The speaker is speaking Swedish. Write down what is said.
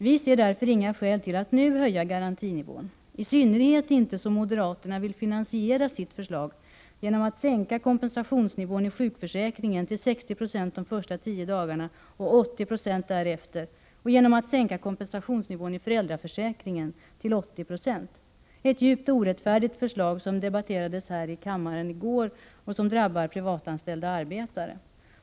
Vi ser därför inga skäl till att nu höja garantinivån — i synnerhet inte som moderaterna vill finansiera sitt förslag genom att sänka kompensationsnivån i sjukförsäkringen till 60 26 de första 10 dagarna och 80 20 därefter och genom att sänka kompensationsnivån i föräldraförsäkringen till 80 20. Det är ett djupt orättfärdigt förslag, som debatterades här i kammaren i går och som drabbar privatanställda arbetare.